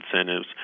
incentives